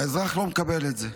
והאזרח לא מקבל את זה.